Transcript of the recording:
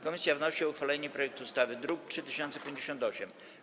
Komisja wnosi o uchwalenie projektu ustawy z druku nr 3058.